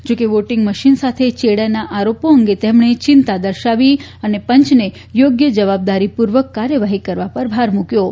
જો કે વોટિંગમશીન સાથે ચેડાંના આરોપો અંગે તેમણે ચિંતા દર્શાવી અને પંચને યોગ્ય જવાબદારીપૂર્વક કાર્યવાહી કરવા પર ભાર મૂક્યો છે